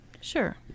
Sure